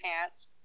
pants